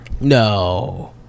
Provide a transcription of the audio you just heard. No